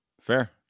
Fair